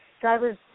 Drivers